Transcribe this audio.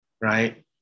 right